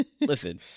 Listen